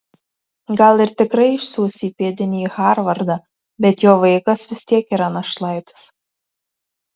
gal ir tikrai išsiųs įpėdinį į harvardą bet jo vaikas vis tiek yra našlaitis